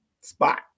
spot